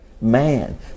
man